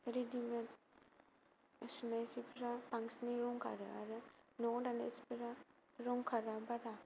readymade सुनाय सिफ्रा बांसिनै रं खारो आरो न'आव दानाय सिफ्रा रं खारा बारा